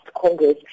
Congress